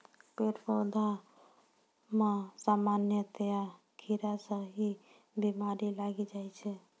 पेड़ पौधा मॅ सामान्यतया कीड़ा स ही बीमारी लागी जाय छै